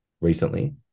recently